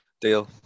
Deal